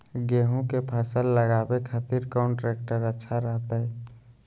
गेहूं के फसल लगावे खातिर कौन ट्रेक्टर अच्छा रहतय?